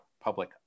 public